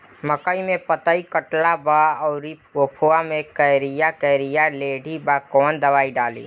मकई में पतयी कटल बा अउरी गोफवा मैं करिया करिया लेढ़ी बा कवन दवाई डाली?